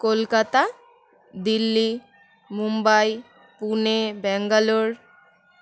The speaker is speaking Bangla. কলকাতা দিল্লি মুম্বাই পুনে ব্যাঙ্গালোর